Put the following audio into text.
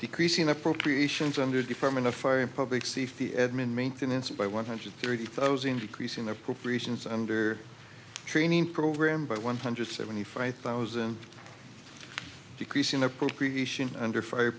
decreasing appropriations under department of foreign public safety admin maintenance by one hundred thirty thousand decreasing appropriations under training program by one hundred seventy five thousand decreasing appropriation under fire